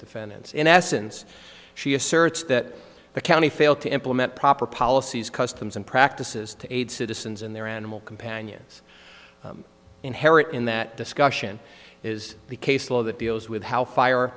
defendants in essence she asserts that the county failed to implement proper policies customs and practices to aid citizens in their animal companions inherent in that discussion is the case law that deals with how fire